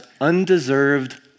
undeserved